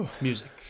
music